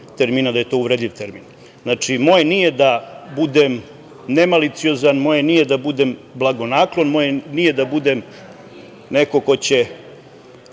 termina da je to uvredljiv termin. Znači, moje nije da budem nemaliciozan, moje nije da budem blagonaklon, moje nije da budem neko ko će